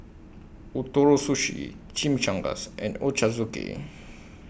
Ootoro Sushi Chimichangas and Ochazuke